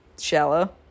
Shallow